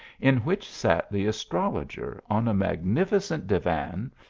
in which sat the as trologer on a magnificent divan,